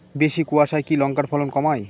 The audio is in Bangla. বেশি কোয়াশায় কি লঙ্কার ফলন কমায়?